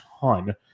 ton